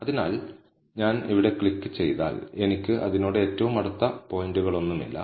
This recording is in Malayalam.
അതിനാൽ ഞാൻ ഇവിടെ ക്ലിക്ക് ചെയ്താൽ എനിക്ക് അതിനോട് ഏറ്റവും അടുത്ത പോയിന്റുകളൊന്നുമില്ല